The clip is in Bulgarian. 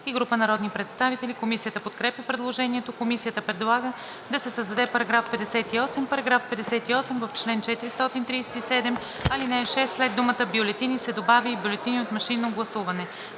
и група народни представители. Комисията подкрепя предложението. Комисията предлага да се създаде § 58: „§ 58. В чл. 437, ал. 6 след думата „бюлетини“ се добавя „и бюлетини от машинно гласуване“.“